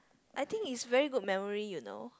I think it's very good memory you know